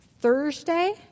Thursday